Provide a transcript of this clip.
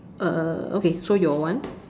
err okay so your one